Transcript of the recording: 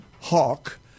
Hawk